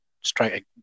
straight